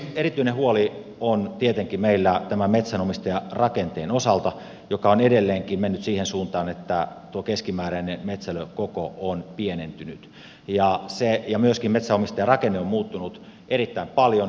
erityinen huoli on tietenkin meillä tämän metsänomistajarakenteen osalta joka on edelleenkin mennyt siihen suuntaan että tuo keskimääräinen metsälökoko on pienentynyt ja myöskin metsänomistajarakenne on muuttunut erittäin paljon